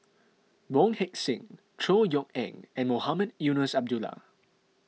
Wong Heck Sing Chor Yeok Eng and Mohamed Eunos Abdullah